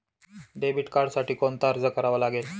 Debit कार्डसाठी कोणता अर्ज करावा लागेल?